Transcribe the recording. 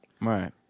Right